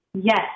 Yes